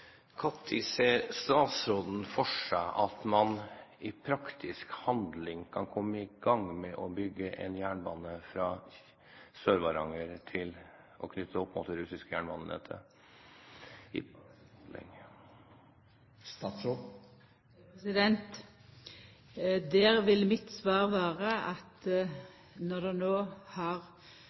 Når ser statsråden for seg at man i praktisk handling kan komme i gang med å bygge en jernbane fra Sør-Varanger og knytte den opp mot det russiske jernbanenettet – i praktisk handling? Her vil mitt svar vera at den